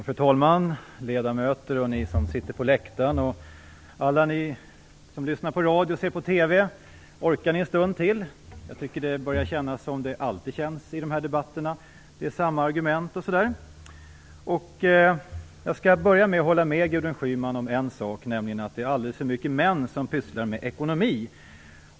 Fru talman! Ledamöter! Ni som sitter på läktaren, alla ni som lyssnar på radio eller ser på TV, orkar ni en stund till? Jag tycker att det börjar kännas som det alltid känns i de här debatterna. Det är samma argument. Jag skall börja med att hålla med Gudrun Schyman om en sak, nämligen att det är alldeles för många män som pysslar med ekonomi.